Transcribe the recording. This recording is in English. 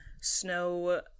snow